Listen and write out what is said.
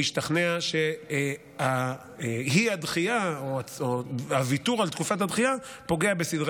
השתכנע שאי-דחייה או הוויתור על תקופת הדחייה פוגע בסדרי